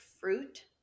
fruit